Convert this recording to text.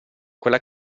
quella